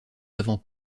avant